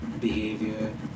behavior